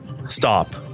stop